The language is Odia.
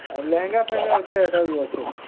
ଲେହେଙ୍ଗା ଫେହେଙ୍ଗା ଅଛେ ହେଟା ବି ଅଛେ